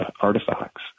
artifacts